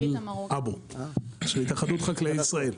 של אבשלום וילן, של התאחדות חקלאי ישראל.